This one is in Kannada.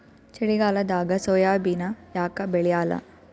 ಚಳಿಗಾಲದಾಗ ಸೋಯಾಬಿನ ಯಾಕ ಬೆಳ್ಯಾಲ?